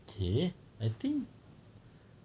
okay I think